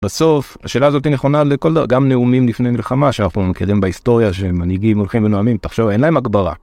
בסוף השאלה הזאת נכונה לכל גם נאומים לפני מלחמה שאנחנו מכירים בהיסטוריה שמנהיגים הולכים ונואמים תחשוב אין להם הגברה